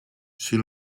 she